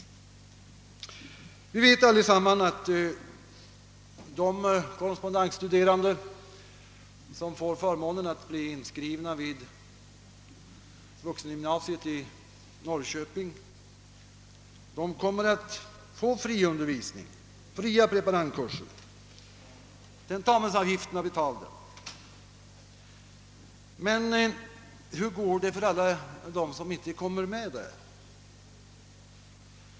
De korrespondensstuderande som får förmånen av att bli inskrivna vid vuxengynminasiet i Norrköping kommer att få fri undervisning, fria preparandkurser samt tentamensavgifterna betalda, men hur går det för alla dem som inte kommer med där?